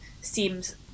seems